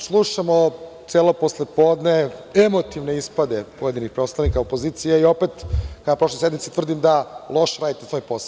Slušamo celo poslepodne emotivne ispade pojedinih poslanika opozicije i opet, kao i na prošloj sednici, tvrdim da loše radite svoj posao.